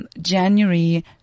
January